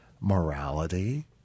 morality